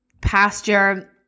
pasture